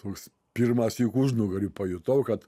toks pirmąsyk užnugarį pajutau kad